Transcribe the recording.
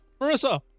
Marissa